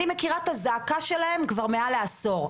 אני מכירה את הזעקה שלהם כבר מעל לעשור.